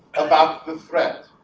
about the threat,